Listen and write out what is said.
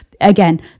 Again